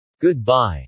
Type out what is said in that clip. Goodbye